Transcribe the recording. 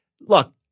look